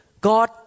God